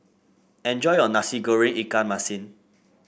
enjoy your Nasi Goreng Ikan Masin